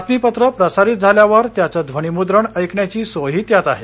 बातमीपत्र प्रसारित झाल्यावर त्याचं ध्वनी मुद्रण ऐकण्याची सोयही त्यात आहे